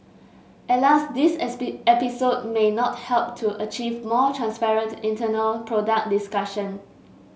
alas this episode may not help to achieve more transparent internal product discussion